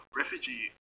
refugee